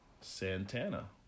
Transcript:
Santana